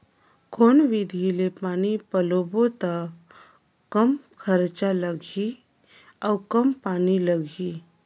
कौन विधि ले पानी पलोबो त कम खरचा लगही अउ कम पानी लगही?